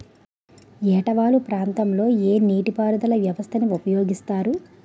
ఏట వాలు ప్రాంతం లొ ఏ నీటిపారుదల వ్యవస్థ ని ఉపయోగిస్తారు?